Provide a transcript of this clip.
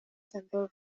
central